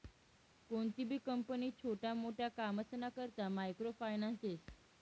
कोणतीबी कंपनी छोटा मोटा कामसना करता मायक्रो फायनान्स देस